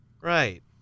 Right